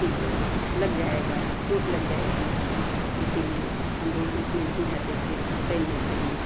कि लग जाएगा चोट लग जाएगी इसीलिए हम भी उसमें नहीं जाते थे तैरने के लिए